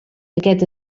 aquest